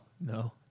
no